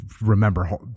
remember